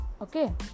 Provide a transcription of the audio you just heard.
okay